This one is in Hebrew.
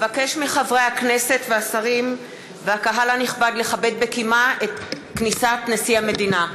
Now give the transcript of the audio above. אבקש מחברי הכנסת והשרים והקהל הנכבד לכבד בקימה את כניסת נשיא המדינה.